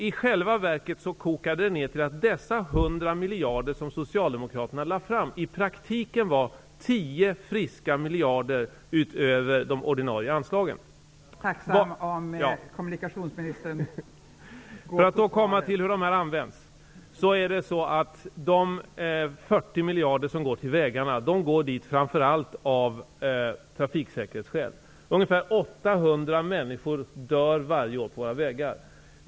I själva verket kokade detta ner till att dessa 100 miljarder som Socialdemokraterna lade fram i praktiken var För att komma till hur dessa pengar används går 40 miljarder till vägarna, framför allt av trafiksäkerhetsskäl. Ungefär 800 människor dör på våra vägar varje år.